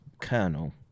colonel